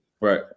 right